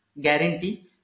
guarantee